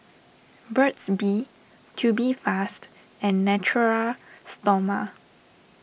Burt's Bee Tubifast and Natura Stoma